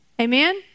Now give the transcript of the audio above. Amen